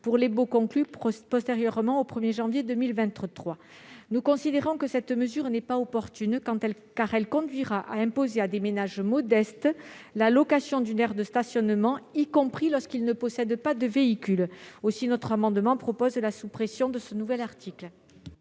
pour les baux conclus postérieurement au 1 janvier 2023. Selon nous, une telle mesure n'est pas opportune : elle conduirait à imposer à des ménages modestes la location d'une place de stationnement, y compris lorsqu'ils ne possèdent pas de véhicule. Aussi, nous proposons la suppression de cet article.